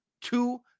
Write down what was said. Two